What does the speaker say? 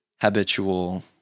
habitual